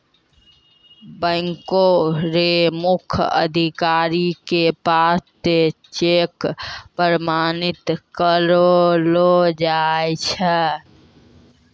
बैंको र मुख्य अधिकारी के पास स चेक प्रमाणित करैलो जाय छै